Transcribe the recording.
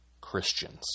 Christians